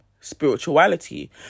spirituality